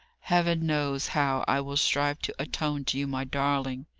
heaven knows how i will strive to atone to you, my darling.